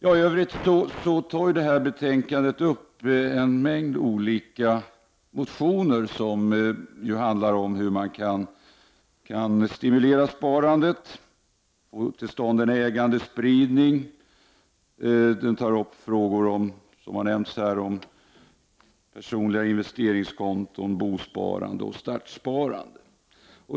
I övrigt tas i betänkandet upp en mängd olika motioner, som handlar om hur man kan stimulera sparandet och få till stånd en ägandespridning. Vidare behandlas, som har nämnts här, frågor om personliga investeringskonton, bosparande och startsparande.